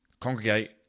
congregate